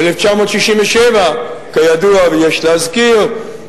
ב-1967, כידוע ויש להזכיר,